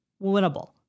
winnable